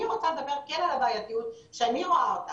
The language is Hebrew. אני רוצה לדבר כן על הבעייתיות שאני רואה אותה.